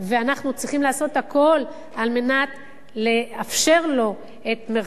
ואנחנו צריכים לעשות הכול על מנת לאפשר לו את מרחב